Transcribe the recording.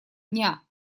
дня